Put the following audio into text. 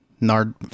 nard